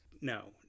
no